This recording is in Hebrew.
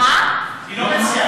היא לא מציעה.